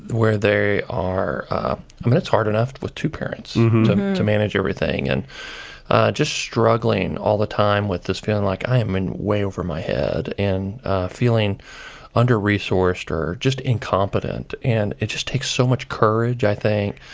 where they are i mean it's hard enough with two parents to manage everything and just struggling all the time with this feeling like, i am in way over my head, and feeling under-resourced or just incompetent. and it just takes so much courage, i think,